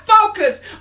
focus